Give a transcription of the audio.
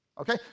okay